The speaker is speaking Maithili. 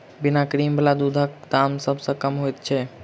बिना क्रीम बला दूधक दाम सभ सॅ कम होइत छै